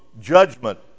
judgment